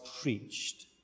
preached